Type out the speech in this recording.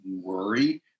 worry